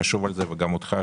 וגם אותך,